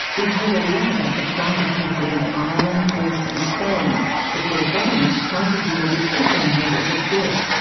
we've heard a lot about the plight of people in ireland, greece and spain as their governments try to deal with crippling levels of debt.